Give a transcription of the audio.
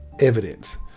evidence